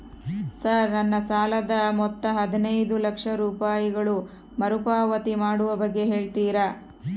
Sir ನನ್ನ ಸಾಲದ ಮೊತ್ತ ಹದಿನೈದು ಲಕ್ಷ ರೂಪಾಯಿಗಳು ಮರುಪಾವತಿ ಮಾಡುವ ಬಗ್ಗೆ ಹೇಳ್ತೇರಾ?